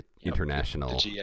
international